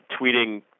tweeting